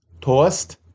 Toast